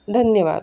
धन्यवाद